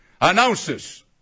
announces